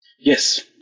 Yes